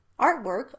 artwork